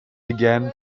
began